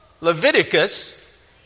Leviticus